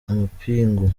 amapingu